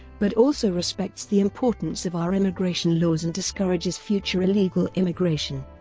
but also respects the importance of our immigration laws and discourages future illegal immigration.